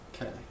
Okay